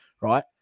Right